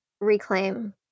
reclaim